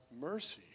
mercy